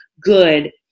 good